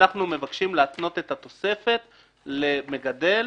אנחנו מבקשים להתנות את התוספת למגדל